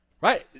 Right